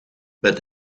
met